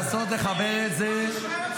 זה לא כמו ----- לנסות לחבר את זה לעניין,